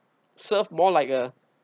serve more like a